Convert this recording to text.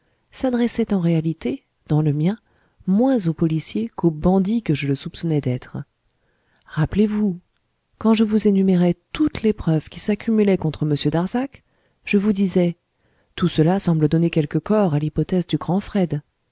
s'adressait en réalité dans le mien moins au policier qu'au bandit que je le soupçonnais d'être rappelez-vous quand je vous énumérais toutes les preuves qui s'accumulaient contre m darzac je vous disais tout cela semble donner quelque corps à l'hypothèse du grand fred